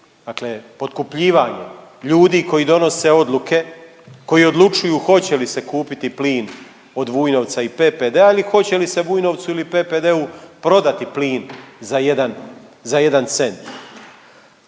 Dakle, potkupljivanje ljudi koji donose odluke, koji odlučuju hoće li se kupiti plin od Vujnovca i PPD-a ili hoće li se Vujnovcu ili PPD-u prodati plin za jedan cent.